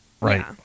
Right